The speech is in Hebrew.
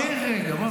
חכה רגע.